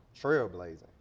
trailblazing